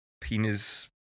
penis